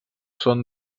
són